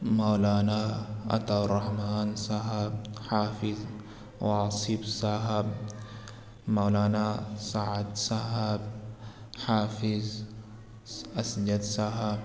مولانا Ata-ur-Rahman صاحب حافظ واصف صاحب مولانا سعد صاحب حافظ اسجد صاحب